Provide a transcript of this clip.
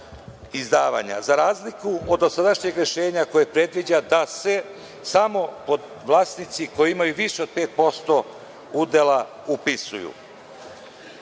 izdavanja, za razliku od dosadašnjeg rešenja koje predviđa da se samo vlasnici koji imaju više od 5% udela upisuju. Ja